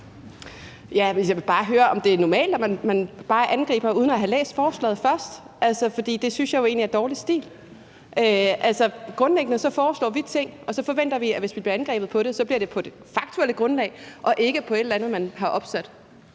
Jeg vil bare høre, om det er normalt, at man angriber uden at have læst forslaget først. Det synes jeg jo egentlig er dårlig stil. Altså, grundlæggende foreslår vi ting, og så forventer vi, at hvis vi bliver angrebet for det, bliver det på det faktuelle grundlag og ikke på et eller andet, man har opsat.